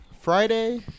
Friday